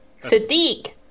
Sadiq